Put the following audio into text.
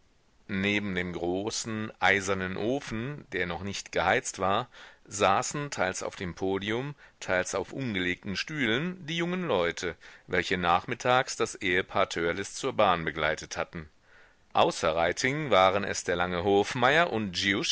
neben dem großen eisernen ofen der noch nicht geheizt war saßen teils auf dem podium teils auf umgelegten stühlen die jungen leute welche nachmittags das ehepaar törleß zur bahn begleitet hatten außer reiting waren es der lange hofmeier und